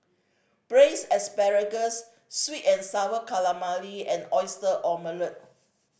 Braised Asparagus sweet and Sour Calamari and Oyster Omelette